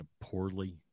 Poorly